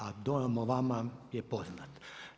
A dojam o vama je poznat.